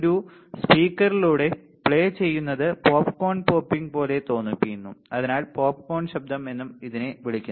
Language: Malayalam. ഒരു സ്പീക്കറിലൂടെ പ്ലേ ചെയ്യുന്നത് പോപ്കോൺ പോപ്പിംഗ് പോലെ തോന്നിക്കുന്നു അതിനാൽ പോപ്കോൺ ശബ്ദം എന്നും ഇതിനെ വിളിക്കുന്നു